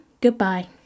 Goodbye